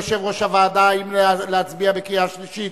אדוני יושב-ראש הוועדה, האם להצביע בקריאה שלישית?